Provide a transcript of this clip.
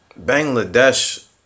Bangladesh